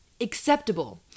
Acceptable